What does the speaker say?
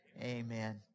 amen